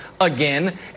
again